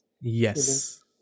yes